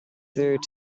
through